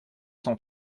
cent